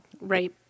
Right